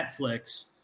Netflix